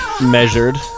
measured